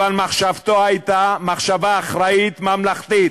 אבל מחשבתו הייתה מחשבה אחראית, ממלכתית.